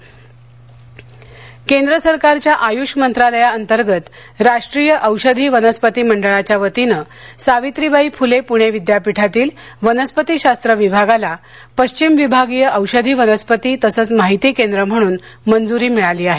पुणे विद्यापीठ केंद्र सरकारच्या आयुष मंत्रालया अंतर्गत राष्ट्रीय औषधी वनस्पती मंडळाच्या वतीनं सावित्रीबाई फुले पुणे विद्यापीठातील वनस्पतीशास्त्र विभागाला पश्चिम विभागीय औषधी वनस्पती तसंच माहिती केंद्र म्हणून मंजूरी मिळाली आहे